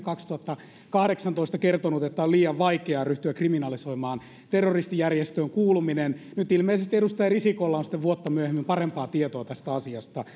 kaksituhattakahdeksantoista kertonut että on liian vaikeaa ryhtyä kriminalisoimaan terroristijärjestöön kuuluminen nyt ilmeisesti edustaja risikolla on sitten vuotta myöhemmin parempaa tietoa tästä asiasta